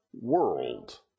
world